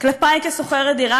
כלפי כשוכרת דירה,